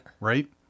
Right